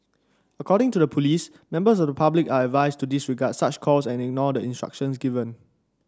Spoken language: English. according to the police members of public are advised to disregard such calls and ignore the instructions given